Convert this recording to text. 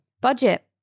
budget